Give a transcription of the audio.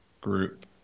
group